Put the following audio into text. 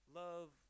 love